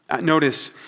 Notice